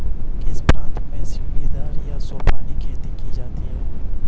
किस प्रांत में सीढ़ीदार या सोपानी खेती की जाती है?